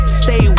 stay